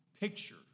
picture